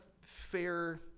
fair